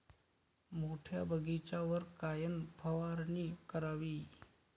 मोठ्या बगीचावर कायन फवारनी करावी?